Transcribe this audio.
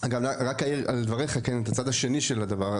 אני רק אעיר על דברייך, את הצד השני של הדבר.